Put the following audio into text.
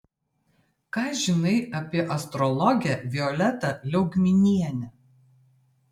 ką žinai apie astrologę violetą liaugminienę